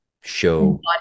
show